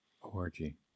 ORG